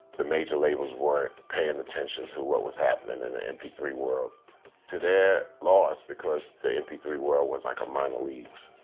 the major labels weren't paying attention to what was happening in the m p three world to their laws, because the m and p three world was like a minor leagues.